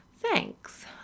Thanks